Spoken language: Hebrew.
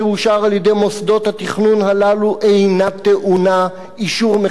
אינה טעונה אישור מחדש של הממשלה או מי משריה.